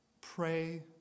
Pray